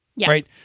Right